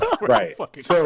Right